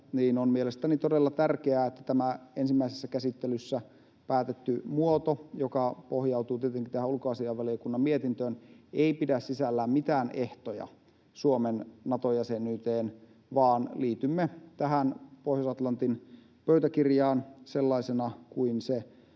niin on mielestäni todella tärkeää, että tämä ensimmäisessä käsittelyssä päätetty muoto, joka pohjautuu tietenkin ulkoasiainvaliokunnan mietintöön, ei pidä sisällään mitään ehtoja Suomen Nato-jäsenyyteen vaan että liitymme tähän Pohjois-Atlantin pöytäkirjaan sellaisena kuin se